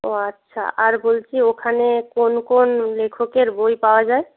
ও আচ্ছা আর বলছি ওখানে কোন কোন লেখকের বই পাওয়া যায়